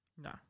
No